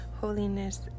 holiness